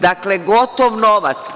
Dakle, gotov novac.